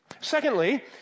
Secondly